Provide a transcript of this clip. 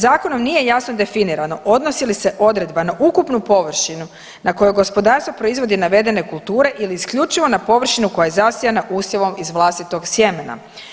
Zakonom nije jasno definirano odnosi li se odredba na ukupnu površinu na kojoj gospodarstvo proizvodi navedene kulture ili isključivo na površinu koja je zasijana usjevom iz vlastitog sjemena.